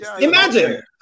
imagine